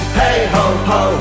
hey-ho-ho